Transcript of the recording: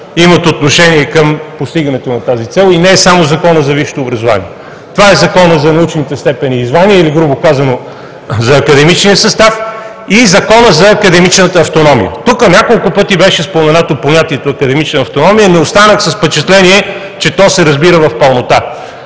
имат отношение към постигането на тази цел – не е само Законът за висшето образование, а това са Законът за научните степени и звания или грубо казано за академичния състав, и Законът за академичната автономия. Тук няколко пъти беше споменато понятието „академична автономия“. Не останах с впечатление, че то се разбира в пълнота.